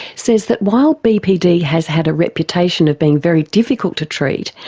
says that while bpd has had a reputation of being very difficult to treat,